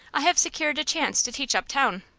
i have secured a chance to teach uptown.